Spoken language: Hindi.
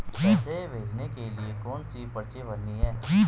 पैसे भेजने के लिए कौनसी पर्ची भरनी है?